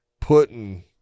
putting